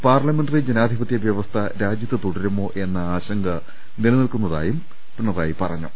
parliamentary ജനാധിപത്യ വ്യവസ്ഥ രാജ്യത്ത് തുടരുമോ എന്ന ആശങ്ക നിലനിൽക്കുന്നുണ്ടെന്നും പിണറായി പറഞ്ഞു